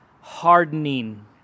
hardening